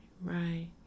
Right